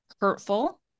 hurtful